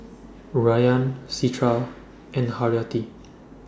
Rayyan Citra and Haryati